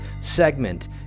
segment